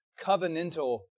covenantal